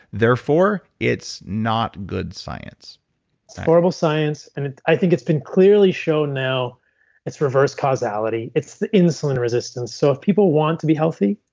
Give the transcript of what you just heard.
therefore, it's not good science it's horrible science. and i think it's been clearly shown now its reverse causality. it's the insulin resistance. so if people want to be healthy,